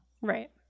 Right